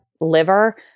liver